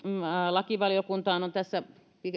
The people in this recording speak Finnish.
lakivaliokuntaan ja eduskuntaan on tässä